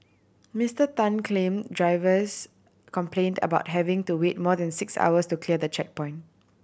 Mister Tan claim drivers complained about having to wait more than six hours to clear the checkpoint